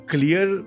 clear